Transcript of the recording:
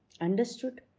Understood